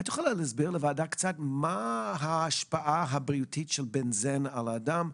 את יכולה להסביר לוועדה קצת מה ההשפעה הבריאותית של בנזן על האדם?